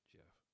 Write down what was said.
Jeff